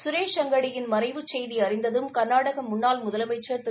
சுரேஷ் அங்காடியின் மறைவுச் செய்தி அறிந்ததும் கர்நாடக முன்னாள் முதலமைச்சர் திரு